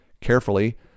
Carefully